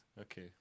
Okay